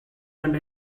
and